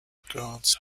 regards